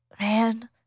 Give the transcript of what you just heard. Man